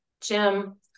Jim